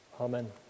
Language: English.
amen